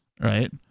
right